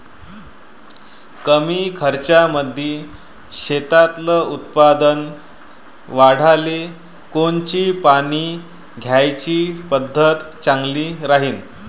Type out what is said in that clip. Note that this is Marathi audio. कमी खर्चामंदी शेतातलं उत्पादन वाढाले कोनची पानी द्याची पद्धत चांगली राहीन?